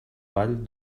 vall